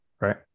right